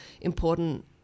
important